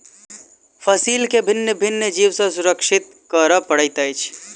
फसील के भिन्न भिन्न जीव सॅ सुरक्षित करअ पड़ैत अछि